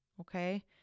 okay